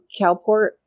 Calport